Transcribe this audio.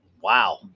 Wow